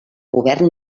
govern